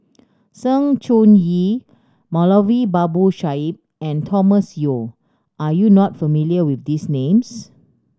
Sng Choon Yee Moulavi Babu Sahib and Thomas Yeo are you not familiar with these names